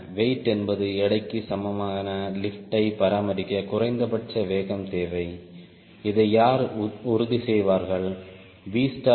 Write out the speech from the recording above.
Weight என்பது எடைக்கு சமமான லிப்டை பராமரிக்க குறைந்தபட்ச வேகம் தேவை இதை யார் உறுதி செய்வார்கள் Vstall